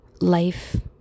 life